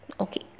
Okay